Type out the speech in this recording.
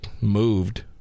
moved